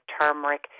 turmeric